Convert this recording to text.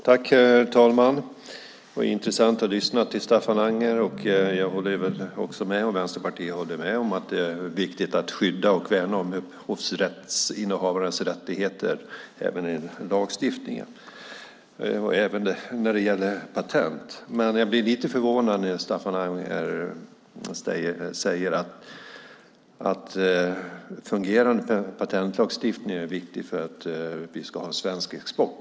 Herr talman! Det var intressant att lyssna på Staffan Anger. Jag och Vänsterpartiet håller med om att det är viktigt att även i lagstiftningen skydda och värna upphovsrättsinnehavarens rättigheter. Det gäller även patent. Jag blir lite förvånad när Staffan Anger säger att en fungerande patentlagstiftning är viktig för att vi ska ha en svensk export.